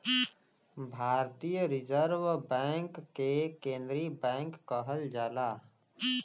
भारतीय reserve bank के केन्द्रीय बैंक कहल जाला